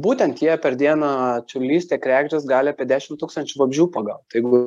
būtent jie per dieną čiurlys tiek kregždės gali apie dešim tūkstančių vabzdžių pagaut tai jeigu